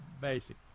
basic